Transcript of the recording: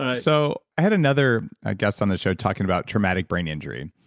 and i so i had another guest on this show talking about traumatic brain injury,